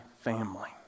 family